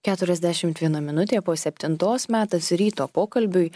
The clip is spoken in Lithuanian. keturiasdešimt viena minutė po septintos metas ryto pokalbiui